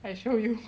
I show you